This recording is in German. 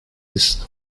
ist